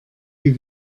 you